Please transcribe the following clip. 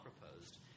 proposed